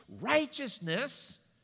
righteousness